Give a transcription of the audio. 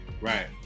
Right